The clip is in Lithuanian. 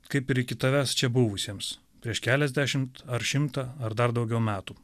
kaip ir iki tavęs čia buvusiems prieš keliasdešimt ar šimtą ar dar daugiau metų